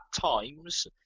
times